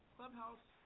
Clubhouse